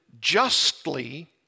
justly